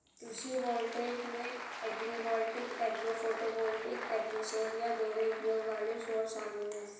कृषि वोल्टेइक में agrivoltaic agro photovoltaic agrisol या दोहरे उपयोग वाले सौर शामिल है